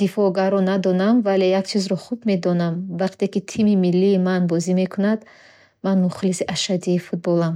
дифоъгар надонам. Вале як чизро хуб медонам, вақте тими миллии ман бозӣ мекунад, ман мухлиси ашадии футболам.